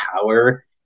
power